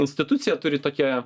institucija turi tokia